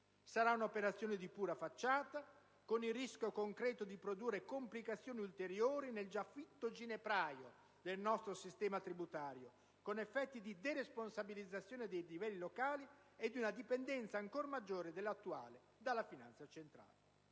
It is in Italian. Sarà un'operazione di pura facciata, con il rischio concreto di produrre complicazioni ulteriori nel già fitto ginepraio del nostro sistema tributario, con effetti di deresposabilizzazione dei livelli locali e di una dipendenza ancor maggiore dell'attuale dalla finanza centrale.